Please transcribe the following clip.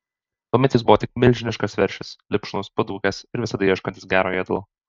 tuomet jis buvo tik milžiniškas veršis lipšnus padūkęs ir visada ieškantis gero ėdalo